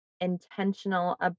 intentional